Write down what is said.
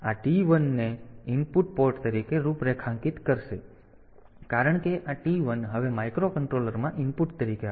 તેથી આ આ T 1 ને ઇનપુટ પોર્ટ તરીકે રૂપરેખાંકિત કરશે કારણ કે આ T1 હવે માઇક્રોકન્ટ્રોલર માં ઇનપુટ તરીકે આવશે